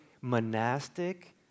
monastic